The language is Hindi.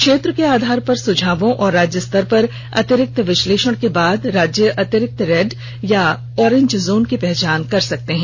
क्षेत्र के आधार पर सुझावों और राज्य स्तर पर अतिरिक्त विश्लेषण के बाद राज्य अतिरिक्त रेड या ओरेंज जोन की पहचान कर सकते हैं